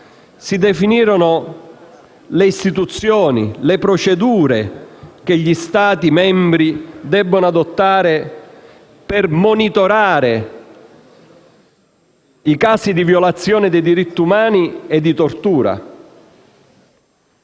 si definirono le istituzioni e le procedure che gli Stati membri debbono adottare per monitorare i casi di violazione di diritti umani e di tortura.